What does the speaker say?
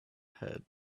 had